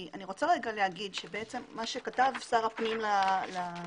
אני רוצה רגע להגיד שבעצם מה שכתב שר הפנים לשרים